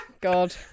God